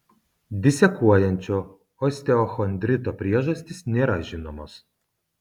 disekuojančio osteochondrito priežastys nėra žinomos